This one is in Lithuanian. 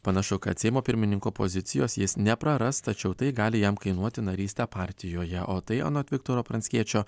panašu kad seimo pirmininko pozicijos jis nepraras tačiau tai gali jam kainuoti narystę partijoje o tai anot viktoro pranckiečio